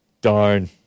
Darn